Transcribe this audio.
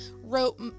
wrote